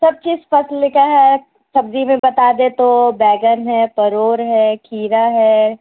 سب چیز فصل کا ہے سبزی میں بتا دیں تو بینگن ہے پرور ہے کھیرا ہے